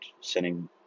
sending